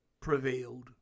prevailed